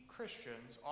Christians